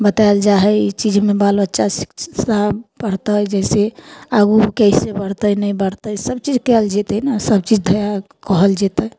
बतायल जाइ हइ ई चीजमे बाल बच्चा से ई शिक्षा पढ़तै जैसे आगू कैसे बढ़तै नहि बढ़तै सब चीज कएल जेतै ने सब चीज धऽ कऽ कहल जेतै